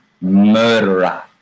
murderer